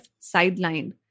sidelined